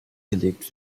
gelegt